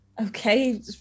Okay